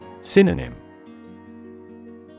Synonym